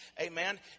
amen